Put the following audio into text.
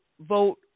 vote